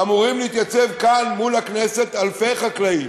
אמורים להתייצב כאן מול הכנסת אלפי חקלאים.